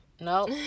no